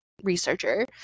researcher